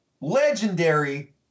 legendary